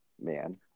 man